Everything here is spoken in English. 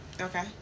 Okay